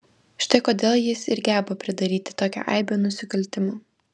štai kodėl jis ir geba pridaryti tokią aibę nusikaltimų